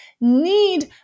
need